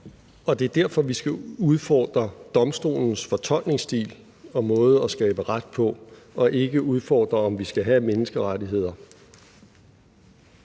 Det er derfor, vi skal udfordre domstolens fortolkningsstil og måde at skabe ret på og ikke udfordre, om vi skal have menneskerettigheder.